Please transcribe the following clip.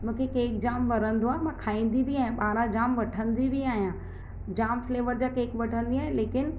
मूंखे केक जाम वणंदो आहे मां खाईंदी बि आहियां पाण जाम वठंदी बि आहियां जाम फ्लेवर जा केक वठंदी आहियां लेकिन